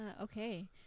Okay